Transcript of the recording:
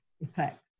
effect